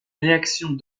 réactions